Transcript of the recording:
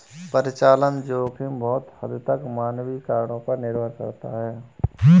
परिचालन जोखिम बहुत हद तक मानवीय कारकों पर निर्भर करता है